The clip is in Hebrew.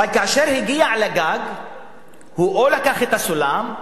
אבל כאשר הוא הגיע לגג הוא או לקח את הסולם,